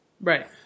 Right